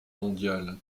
mondiale